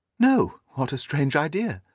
no. what a strange idea!